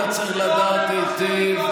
היית צריך לדעת היטב,